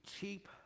cheap